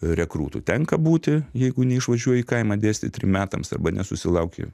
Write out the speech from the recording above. rekrutu tenka būti jeigu neišvažiuoji į kaimą dėstyt trim metams arba nesusilauki